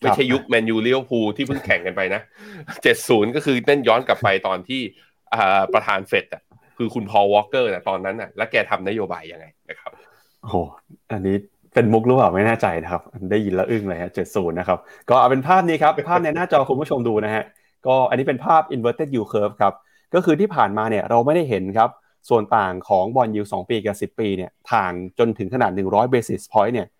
ไม่ใช่ยุค Man U Liverpool ที่เพิ่งแข่งกันไปนะ 70 ก็คือเต้นย้อนกลับไปตอนที่ อ่า ประธาน Fed อะ คือคุณ Paul Volcker น่ะ ตอนนั้นน่ะ แล้วแกทำนโยบายยังไงนะครับ?โอ้โห อันนี้เป็นมุกรึเปล่า ไม่แน่ใจนะครับ ได้ยินแล้วอึ้งเลยฮะ 70 นะครับ ก็เอาเป็นภาพนี้ครับ ภาพในหน้าจอคุณผู้ชมดูนะฮะ ก็อันนี้เป็นภาพ inverted yield curve ครับ ก็คือที่ผ่านมาเนี่ยเราไม่ได้เห็นครับ ส่วนต่างของ bond yield สองปีกับ 10 ปีเนี่ยถ่างจนถึงขนาด 100 basis point เนี่ย